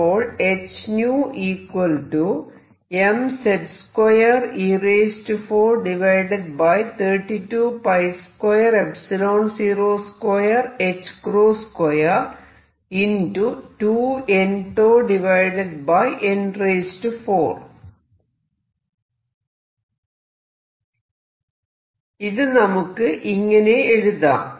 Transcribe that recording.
അപ്പോൾ ഇത് നമുക്ക് ഇങ്ങനെയെഴുതാം